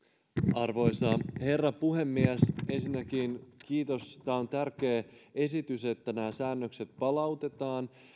arvoisa herra puhemies ensinnäkin kiitos tämä on tärkeä esitys että nämä säännökset palautetaan